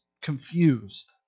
confused